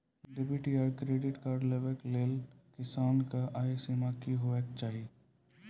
Debit या credit card लेवाक लेल किसानक आय सीमा की हेवाक चाही?